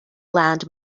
land